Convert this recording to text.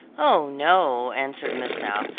oh, no, answered miss south.